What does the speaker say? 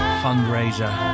fundraiser